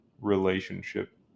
relationship